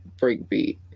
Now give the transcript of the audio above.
Breakbeat